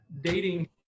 dating